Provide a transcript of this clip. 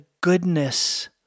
goodness